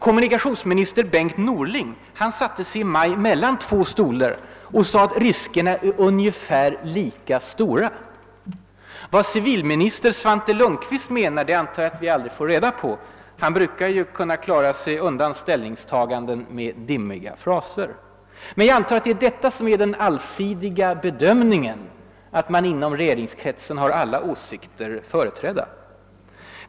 Kommunikationsminister Bengt Norling satte sig i maj mellan två stolar genom att säga att riskerna är ungefär lika stora vid de olika alternativen. Vad civilminister Svante Lundkvist menar antar jag att vi aldrig får reda på. Han brukar ju kunna klara sig undan ställningstaganden med dimmiga fraser. Jag utgår från att han med hänvisningen till den allsidiga bedömningen avser att alla åsikter i denna fråga är företrädda inom regeringskretsen.